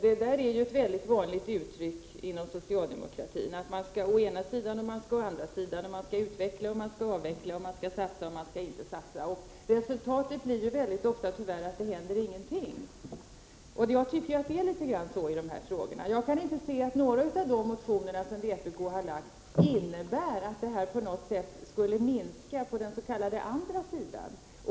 Det där är ett mycket vanligt uttryck inom socialdemokratin: man skall å ena sidan och man skall å andra sidan; man skall utveckla och man skall avveckla; man skall satsa och man skall inte satsa. Resultatet blir tyvärr väldigt ofta att det inte händer någonting. Jag tycker att det är litet på det sättet i dessa frågor. Jag kan nämligen inte finna att någon av de motioner som vpk har väckt innebär en minskning på den s.k. andra sidan.